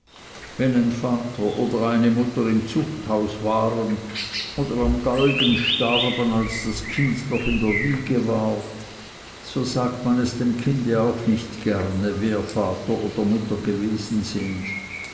wenn ein vater oder eine mutter im zuchthaus waren oder am galgen starben als das kind noch in der wiege war so sagt man es dem kinde auch nicht gerne wer vater oder mutter gewesen sind